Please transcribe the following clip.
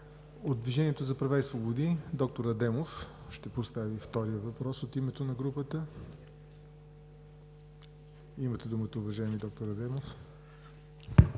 От „Движението за права и свободи“ – доктор Адемов ще постави втори въпрос от името на групата. Имате думата, уважаеми доктор Адемов.